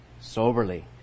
soberly